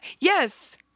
Yes